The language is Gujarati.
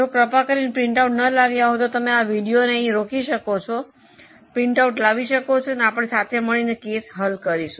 જો કૃપા કરીને પ્રિન્ટઆઉટ ન લાવીયા હોય તો તમે આ વિડિઓને અહીં રોકી શકો છો પ્રિન્ટઆઉટ લાવી શકો છો અને આપણે સાથે મળીને કેસ હલ કરીશું